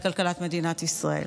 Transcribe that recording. את כלכלת מדינת ישראל.